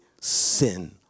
sin